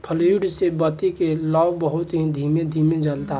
fluid से बत्ती के लौं बहुत ही धीमे धीमे जलता